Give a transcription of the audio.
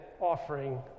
offering